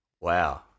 Wow